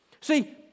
See